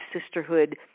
sisterhood